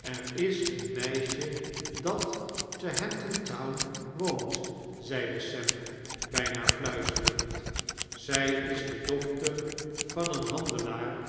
er is een meisje dat te hampton-town woont zeide sem bijna fluisterend zy is de dochter van een handelaar